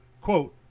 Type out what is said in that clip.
quote